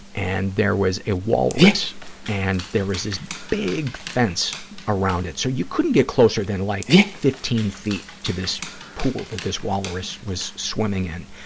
and there was a walrus and there was this big fence around it, so you couldn't get closer than like fifteen feet to this pool that this walrus was swimming in,